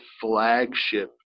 flagship